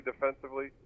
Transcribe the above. defensively